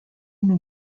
new